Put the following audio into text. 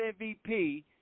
MVP